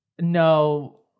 no